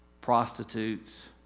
prostitutes